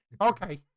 okay